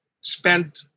spent